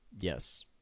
yes